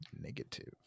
Negative